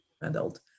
adult